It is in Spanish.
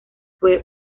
fue